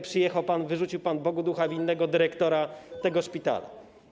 Przyjechał pan, wyrzucił pan Bogu ducha winnego dyrektora tego szpitala.